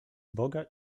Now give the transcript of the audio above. boga